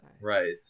right